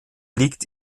liegt